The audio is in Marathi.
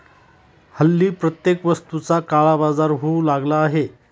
हल्ली प्रत्येक वस्तूचा काळाबाजार होऊ लागला आहे